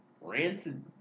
rancid